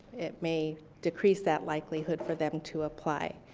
it may decrease that likelihood for them to apply.